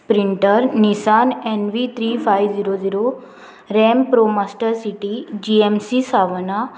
sprinter Nissan N V three five zero zero Ram Pro Master City G M C सावना